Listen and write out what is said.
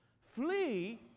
Flee